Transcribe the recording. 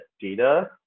data